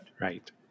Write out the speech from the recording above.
Right